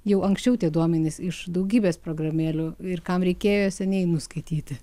jau anksčiau tie duomenys iš daugybės programėlių ir kam reikėjo seniai nuskaityti